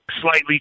slightly